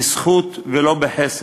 בזכות ולא בחסד.